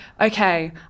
okay